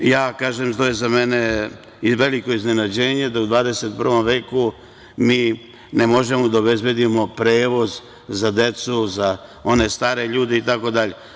Rekao sam da je to za mene veliko iznenađenje da u 21. veku mi ne možemo da obezbedimo prevoz za decu, za one stare ljude itd.